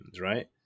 right